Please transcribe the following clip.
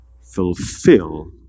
Fulfill